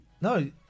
No